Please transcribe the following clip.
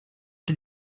did